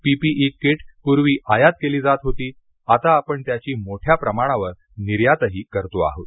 P P E kit पूर्वी आयात केली जात होती आता आपण त्याची मोठ्या प्रमाणावर निर्यातही करतो आहोत